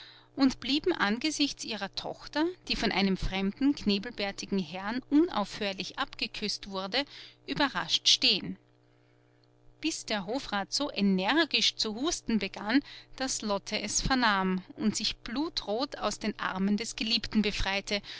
und blieben angesichts ihrer tochter die von einem fremden knebelbärtigen herrn unaufhörlich abgeküßt wurde überrascht stehen bis der hofrat so energisch zu husten begann daß lotte es vernahm und sich blutrot aus den armen des geliebten befreite